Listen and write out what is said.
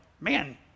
Man